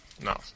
no